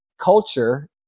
culture